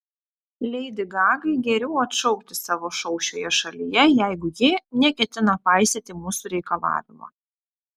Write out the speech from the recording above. leidi gagai geriau atšaukti savo šou šioje šalyje jeigu ji neketina paisyti mūsų reikalavimo